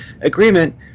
agreement